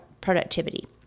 productivity